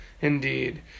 Indeed